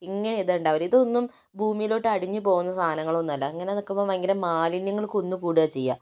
ഇങ്ങനെ ഇത് ഉണ്ടാവില്ല ഇത് ഒന്നും ഭൂമിയിലോട്ട് അടിഞ്ഞു പോകുന്ന സാധനങ്ങളൊന്നും അല്ല ഇങ്ങനെ നിക്കുമ്പോൾ ഭയങ്കര മാലിന്യങ്ങള് കുന്ന് കൂടുകയാണ് ചെയ്യുക